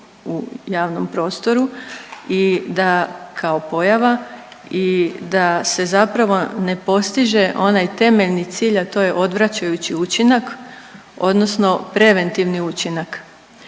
u javnom prostoru i da kao pojava i da se zapravo ne postiže onaj temeljni cilj, a to je odvraćajući učinak odnosno preventivni učinak.